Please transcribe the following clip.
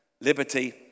liberty